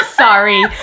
Sorry